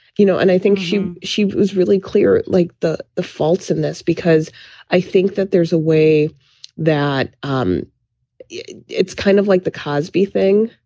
you know? and i think she she was really clear, like the the faults in this, because i think that there's a way that um it's kind of like the cosby thing.